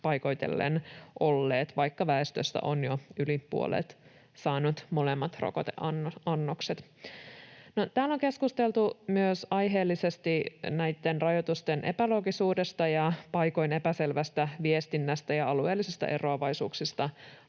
paikoitellen olleet, vaikka väestöstä jo yli puolet on saanut molemmat rokoteannokset. No, täällä on keskusteltu aiheellisesti myös näitten rajoitusten epäloogisuudesta ja paikoin epäselvästä viestinnästä ja alueellisista eroavaisuuksista